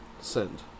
Send